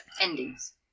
Endings